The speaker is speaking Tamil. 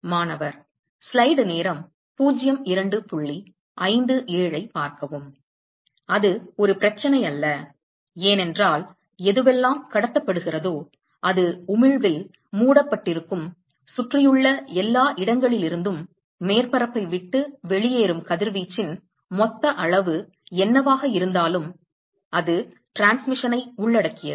மாணவர் அது ஒரு பிரச்சனையல்ல ஏனென்றால் எதுவெல்லாம் கடத்தப்படுகிறதோ அது உமிழ்வில் மூடப்பட்டிருக்கும் சுற்றியுள்ள எல்லா இடங்களிலிருந்தும் மேற்பரப்பை விட்டு வெளியேறும் கதிர்வீச்சின் மொத்த அளவு என்னவாக இருந்தாலும் அது டிரான்ஸ்மிஷன் ஐ உள்ளடக்கியது